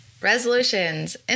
resolutions